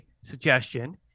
suggestion